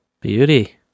Beauty